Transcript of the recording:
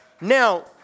Now